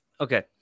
Okay